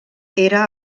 era